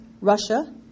Russia